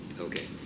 okay